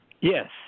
Yes